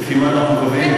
לפי מה אנחנו קובעים?